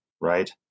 Right